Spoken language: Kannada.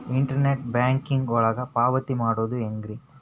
ಇಂಟರ್ನೆಟ್ ಬ್ಯಾಂಕಿಂಗ್ ಒಳಗ ಪಾವತಿ ಮಾಡೋದು ಹೆಂಗ್ರಿ?